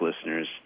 listeners